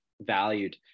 valued